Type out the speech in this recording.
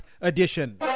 Edition